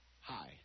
Hi